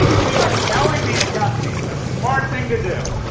we are telling these companies, the smart thing to do,